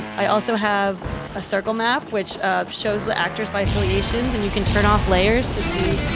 and i also have a circle map, which shows the actors by affiliations. and you can turn off layers to see